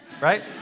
Right